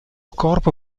corpo